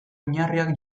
oinarriak